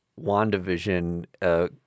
WandaVision